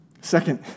Second